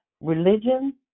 religion